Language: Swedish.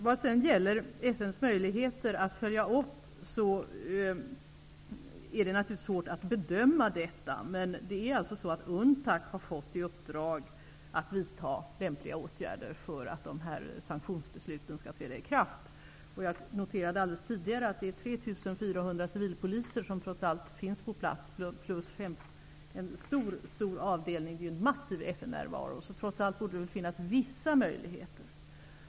Vad sedan gäller FN:s möjligheter att följa upp, är det naturligtvis svårt att bedöma detta, men UNTAC har alltså fått i uppdrag att vidta lämpliga åtgärder för att sanktionsbesluten skall träda i kraft. Jag noterade tidigare att det är 3 400 civilpoliser som finns på plats plus en stor avdelning, så det är en massiv FN-närvaro. Trots allt borde det finnas vissa möjligheter.